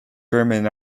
german